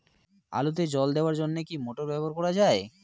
আলুতে জল দেওয়ার জন্য কি মোটর ব্যবহার করা যায়?